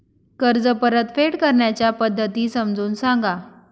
कर्ज परतफेड करण्याच्या पद्धती समजून सांगा